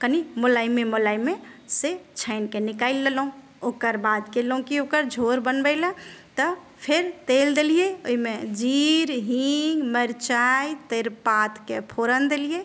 कनि मुलायमे मुलायमे से छानिके निकालि लेलहुँ ओकर बाद कयलहुँ कि ओकर झोर बनबय लए तऽ फेर तेल देलियै ओइमे जीर हीङ्ग मरचाइ तरिपातके फोरन देलियै